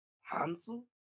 Hansel